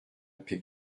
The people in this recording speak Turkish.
pek